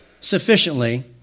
sufficiently